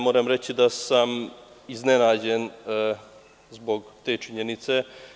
Moram reći da sam iznenađen zbog te činjenice.